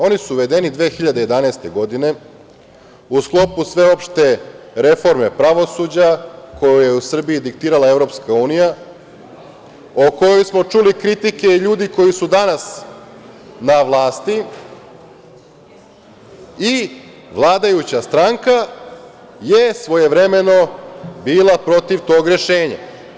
Oni su uvedeni 2011. godine u sklopu sveopšte reforme pravosuđa koju je u Srbiji diktirala EU, o kojoj smo čuli kritike ljudi koji su danas na vlasti, i vladajuća stranka je svojevremeno bila protiv tog rešenja.